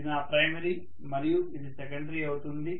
ఇది నా ప్రైమరీ మరియు ఇది సెకండరీ అవుతుంది